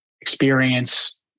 experience